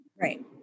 Right